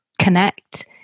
connect